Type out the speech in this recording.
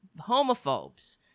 homophobes